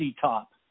Top